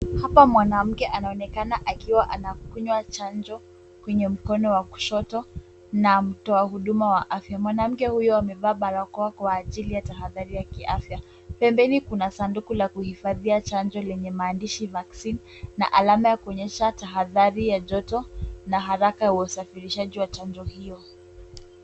Hapa mwanamke anaonekana akiwa anakunywa chanjo kwenye mkono wa kushoto na mtoa huduma wa afya. Mwanamke huyu amevaa barakoa kwa ajili ya tahadhari ya kiafya. Pembeni kuna sanduku la kuhifadhia chanjo lenye maandishi vaccine na alama ya kuonyesha tahadhari ya joto na haraka ya usafirishaji wa chanjo hilo.